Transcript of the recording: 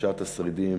קדושת השרידים